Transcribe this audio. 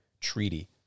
treaty